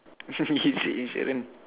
you said insurance